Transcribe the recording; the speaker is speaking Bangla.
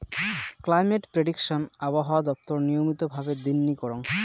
ক্লাইমেট প্রেডিকশন আবহাওয়া দপ্তর নিয়মিত ভাবে দিননি করং